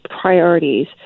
priorities